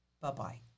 Bye-bye